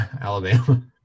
Alabama